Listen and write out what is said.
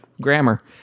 Grammar